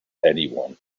anyone